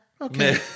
okay